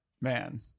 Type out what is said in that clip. man